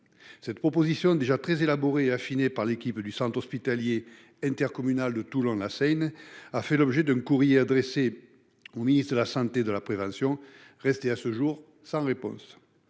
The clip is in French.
La proposition, déjà très élaborée et affinée par l'équipe du centre hospitalier intercommunal de Toulon-La Seyne-sur-Mer, a fait l'objet d'un courrier adressé au ministre de la santé et de la prévention, qui est resté à ce jour sans réponse.